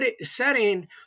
setting